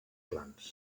clans